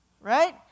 right